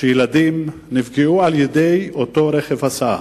על-ידי רכב ההסעה.